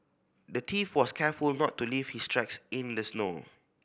the thief was careful not to leave his tracks in the snow